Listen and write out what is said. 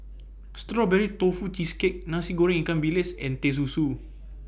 Strawberry Tofu Cheesecake Nasi Goreng Ikan Bilis and Teh Susu